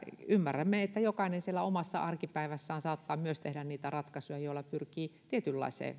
ymmärrämme että jokainen siellä omassa arkipäivässään saattaa myös tehdä niitä ratkaisuja joilla pyrkii tietynlaiseen